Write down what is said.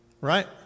Right